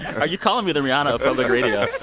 are you calling me the rihanna of public radio?